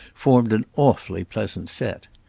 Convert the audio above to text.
formed an awfully pleasant set.